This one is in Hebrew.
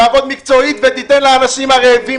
תעבוד מקצועית ותיתן לאנשים הרעבים,